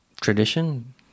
tradition